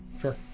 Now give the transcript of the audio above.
Sure